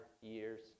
years